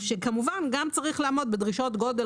וכמובן הוא גם צריך לעמוד בדרישות גודל,